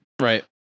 Right